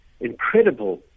incredible